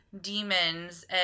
demons